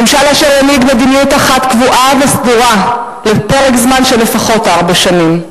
ממשל אשר ינהיג מדיניות אחת קבועה וסדורה לפרק זמן של לפחות ארבע שנים,